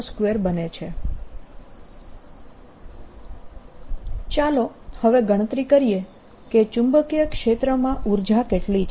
r ωtdt140E02 ચાલો હવે ગણતરી કરીએ કે ચુંબકીય ક્ષેત્રમાં ઊર્જા કેટલી છે